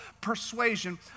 persuasion